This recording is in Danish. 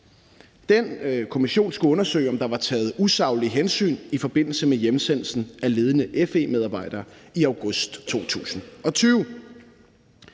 Den kommission skulle undersøge, om der var taget usaglige hensyn i forbindelse med hjemsendelsen af ledende FE-medarbejdere i august 2020.